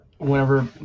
Whenever